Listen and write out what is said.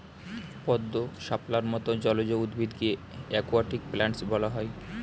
পদ্ম, শাপলার মত জলজ উদ্ভিদকে অ্যাকোয়াটিক প্ল্যান্টস বলা হয়